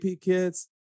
kids